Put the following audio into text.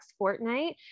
Fortnite